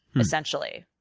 essentially,